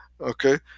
okay